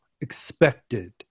expected